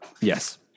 yes